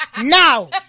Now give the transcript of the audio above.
now